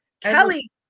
Kelly